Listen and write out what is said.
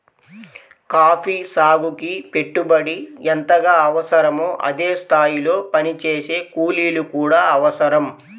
coffee సాగుకి పెట్టుబడి ఎంతగా అవసరమో అదే స్థాయిలో పనిచేసే కూలీలు కూడా అవసరం